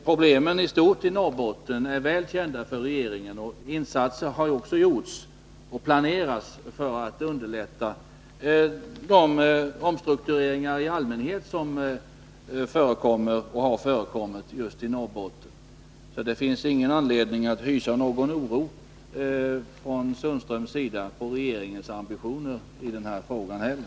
Problemen stort i Norrbotten är väl kända för regeringen, och insatser har också gjorts och planeras för att underlätta de omstruktureringar i allmänhet som har förekommit och förekommer just i Norrbotten. Sten-Ove Sundström har alltså ingen anledning att hysa någon oro när det gäller regeringens ambitioner i den här frågan heller!